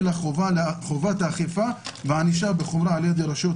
אלא יש חובת אכיפה וענישה בחומרה על ידי רשויות